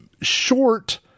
short